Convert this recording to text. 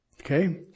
Okay